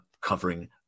covering